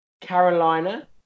Carolina